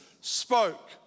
spoke